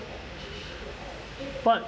what